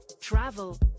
travel